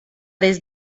des